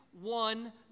one